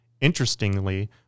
Interestingly